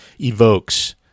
evokes